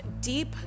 deep